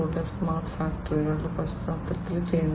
0 ലെ സ്മാർട്ട് ഫാക്ടറികളുടെ പശ്ചാത്തലത്തിൽ ചെയ്യുന്നത്